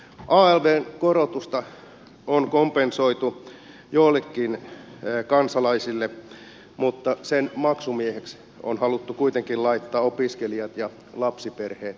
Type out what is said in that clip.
alvn korotusta on kompensoitu joillekin kansalaisille mutta sen maksumieheksi on haluttu kuitenkin laittaa opiskelijat ja lapsiperheet